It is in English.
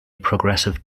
progressive